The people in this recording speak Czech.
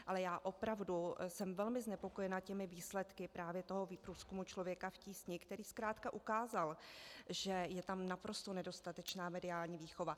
Ale opravdu jsem velmi znepokojena těmi výsledky průzkumu Člověka v tísni, který zkrátka ukázal, že je tam naprosto nedostatečná mediální výchova.